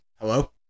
Hello